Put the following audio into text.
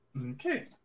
okay